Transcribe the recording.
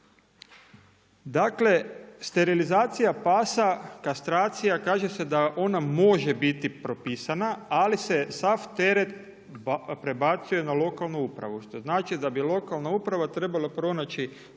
dakle, sterilizacija pasa, kastracija kaže se da ona može biti propisana ali se sav teret prebacuje na lokalnu upravu, što znači da bi lokalna uprava trebala pronaći